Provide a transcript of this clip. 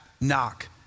knock